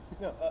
no